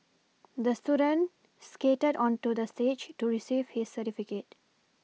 the student skated onto the stage to receive his certificate